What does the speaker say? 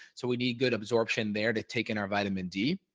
so we need good absorption there to take in our vitamin d.